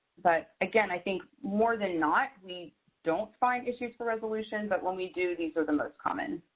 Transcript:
but again, i think more than not, we don't find issues for resolution, but when we do, these are the most common.